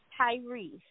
Tyrese